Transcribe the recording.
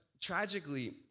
tragically